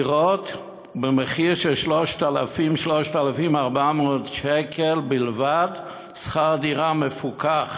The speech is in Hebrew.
במחיר של 3,400-3,000 שקל בלבד, שכר דירה מפוקח.